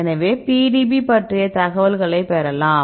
எனவே PDB பற்றிய தகவல்களைப் பெறலாம்